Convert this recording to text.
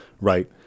Right